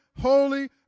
holy